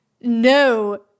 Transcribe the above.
no